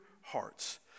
hearts